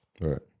Right